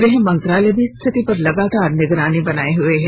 गृह मंत्रालय भी स्थिति पर लगातार निगरानी बनाए हुए है